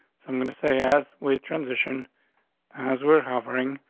so i'm going to say as we transition as we're hovering,